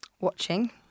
watching